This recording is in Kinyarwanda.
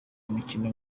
imikino